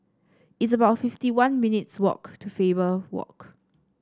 it's about fifty one minutes' walk to Faber Walk